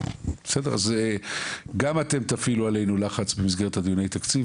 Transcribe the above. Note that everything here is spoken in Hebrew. בסדר אז גם אתם תפעילו עלינו לחץ במסגרת דיוני התקציב,